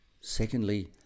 Secondly